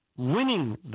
winning